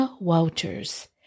Walters